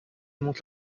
monte